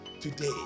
today